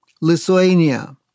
Lithuania